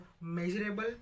measurable